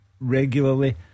regularly